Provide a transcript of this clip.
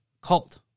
cult